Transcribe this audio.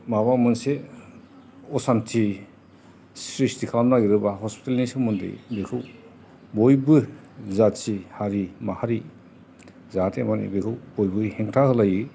माबा मोनसे असान्थि स्रिस्थि खालामनो नागिरोबा हस्पिटेलनि सोमोन्दै बेखौ बयबो जाथि हारि माहारि जाहाते मानि बेखौ बयबो हेंथा होलायो